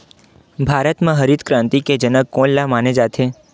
भारत मा हरित क्रांति के जनक कोन ला माने जाथे?